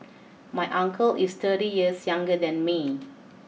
my uncle is thirty years younger than me